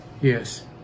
Yes